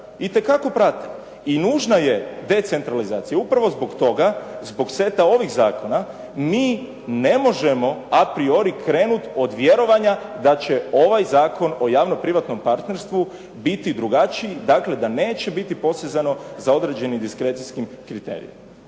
itekako prate! I nužna je decentralizacija, upravo zbog toga, zbog seta ovih zakona, mi ne možemo apriori krenuti od vjerovanja da će ovaj zakon o javno-privatnom partnerstvu biti drugačiji, dakle, da neće biti posezano za određenim diskrecijskim kriterijima.